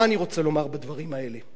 מה אני רוצה לומר בדברים האלה?